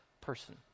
person